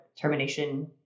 termination